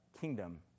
kingdom